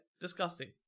Disgusting